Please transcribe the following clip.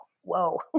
Whoa